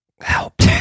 Help